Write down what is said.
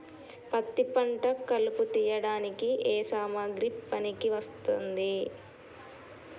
పత్తి పంట కలుపు తీయడానికి ఏ సామాగ్రి పనికి వస్తుంది?